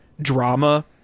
drama